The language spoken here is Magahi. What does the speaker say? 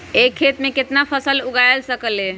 एक खेत मे केतना फसल उगाय सकबै?